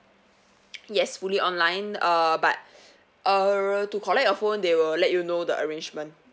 yes fully online uh but err to collect your phone they will let you know the arrangement